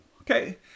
okay